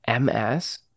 MS